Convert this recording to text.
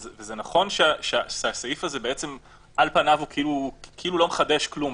זה נכון שהסעיף הזה על פניו הוא לא מחדש כלום,